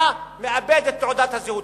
מאבד את תעודת הזהות.